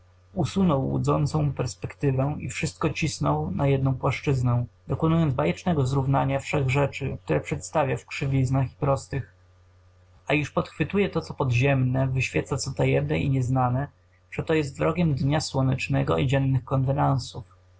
usunął łudzącą perspektywę i wszystko cisnął na jedną płaszczyznę dokonując bajecznego zrównania wszech rzeczy które przedstawia w krzywiznach i prostych a iż podchwytuje to co podziemne wyświeca co tajemne i nieznane przeto jest wrogiem dnia słonecznego i dziennych